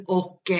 och